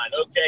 Okay